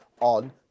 on